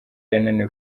yananiwe